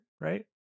right